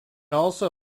also